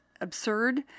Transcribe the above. absurd